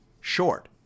short